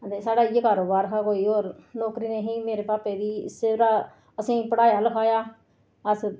ते साढ़ा इ'यै कारोबार हा कोई और नौकरी नेईं ही मेरे भापे दी इस्सै दा असेंगी पढ़ाया लखाया अस